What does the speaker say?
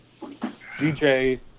DJ